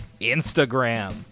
Instagram